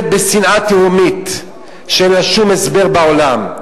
בשנאה תהומית שאין לה שום הסבר בעולם.